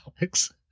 Alex